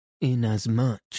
Inasmuch